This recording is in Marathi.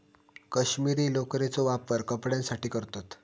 कश्मीरी लोकरेचो वापर कपड्यांसाठी करतत